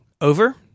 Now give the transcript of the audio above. over